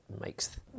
makes